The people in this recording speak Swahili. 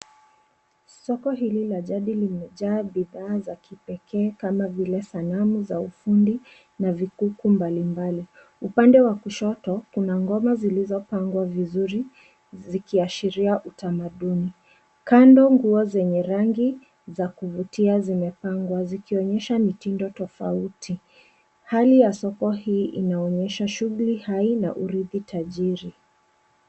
Soko hili la jadi limejaa bidhaa za kipekee kama vile sanamu za ufundi na vikuku mbalimbali. Upande wa kushoto kuna ngoma zilizopangwa vizuri zikiashiria utamaduni. Kando nguo zenye rangi za kuvutia zimepangwa zikionyesha mitindo tofauti. Hali ya soko hii inaonyesha shughuli hai na uridhi tajiri.